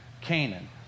Canaan